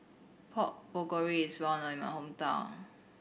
Pork Bulgogi is well known in my hometown